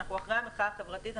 אנחנו אחרי המחאה החברתית,